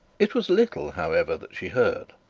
it was little, however, that she heard,